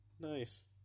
Nice